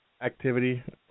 activity